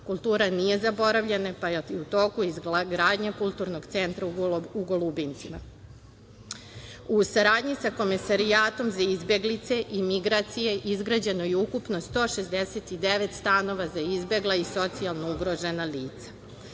Pazovi. Kultura nije zaboravljena, pa je u toku izgradnja kulturnog centra u Golubincima.U saradnji sa Komesarijatom za izbeglice i migracije izgrađeno je ukupno 169 stanova za izbegla i socijalno ugrožena